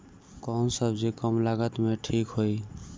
कौन सबजी कम लागत मे ठिक होई?